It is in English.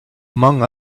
among